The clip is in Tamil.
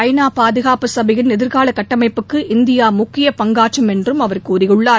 ஐ நா பாதுகாப்பு சபையின் எதிர்கால கட்டமைப்புக்கு இந்தியா முக்கிய பங்காற்றும் என்றும் அவர் கூறியுள்ளார்